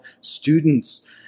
students